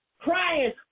crying